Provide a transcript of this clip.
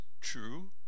true